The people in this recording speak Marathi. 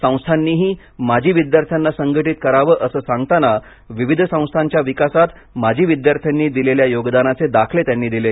संस्थांनीही माजी विद्यार्थ्यांना संघटित करावं असं सांगताना विविध संस्थांच्या विकासात माजी विद्यार्थ्यांनी दिलेल्या योगदानाचे दाखले त्यांनी दिले